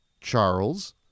Charles